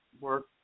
work